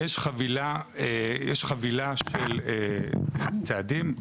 יש חבילה של צעדים,